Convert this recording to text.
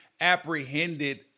apprehended